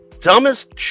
dumbest